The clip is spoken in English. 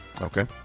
Okay